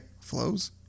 Flows